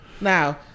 Now